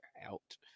out